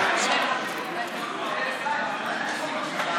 האם אתם מסירים את ההסתייגויות?